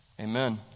Amen